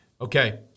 Okay